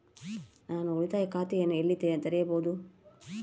ನಾನು ಉಳಿತಾಯ ಖಾತೆಯನ್ನು ಎಲ್ಲಿ ತೆರೆಯಬಹುದು?